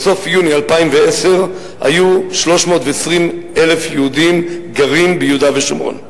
בסוף יוני 2010 היו 320,000 יהודים הגרים ביהודה ושומרון.